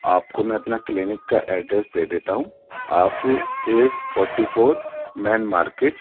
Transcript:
آپ کو میں اپنا کلینک کا ایڈریس دے دیتا ہوں آپ ایک فورٹی فور مین مارکٹ